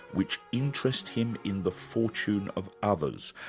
which interest him in the fortune of others,